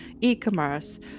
e-commerce